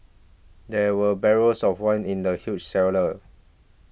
there were barrels of wine in the huge cellar